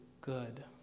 good